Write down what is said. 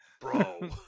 Bro